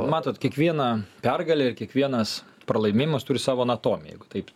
matot kiekviena pergalė ir kiekvienas pralaimėjimas turi savo anatomiją jeigu taip